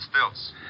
stilts